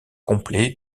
complet